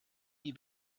die